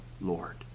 Lord